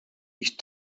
ich